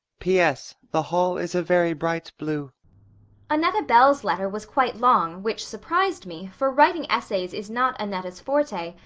p s. the hall is a very bright blue annetta bell's letter was quite long, which surprised me, for writing essays is not annetta's forte,